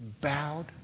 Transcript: bowed